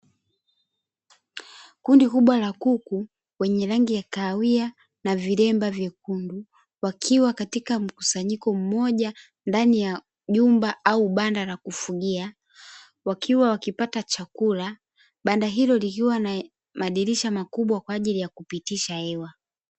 Kundi kubwa la kuku wenye rangi ya kahawia na viremba vyekundu wakiwa katika mkusanyiko mmoja jumba au banda la kufugia wakiwa wakipata chakula, banda hilo likiwa na madirisha makubwa kwa ajili ya kupitisha hewa.